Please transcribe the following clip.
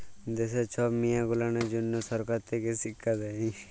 দ্যাশের ছব মিয়াঁ গুলানের জ্যনহ সরকার থ্যাকে শিখ্খা দেই